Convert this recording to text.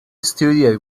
studied